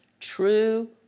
True